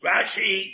Rashi